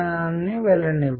ఇక్కడ దానికి ఒక ఉదాహరణ ఇద్దాము